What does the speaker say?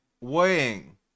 weighing